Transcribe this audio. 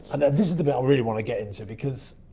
and this is the bit i really want to get into because,